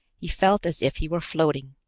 he felt as if he were floating.